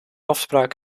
afspraak